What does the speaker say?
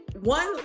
one